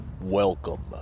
Welcome